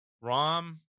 Rom